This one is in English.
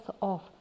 off